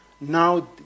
Now